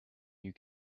you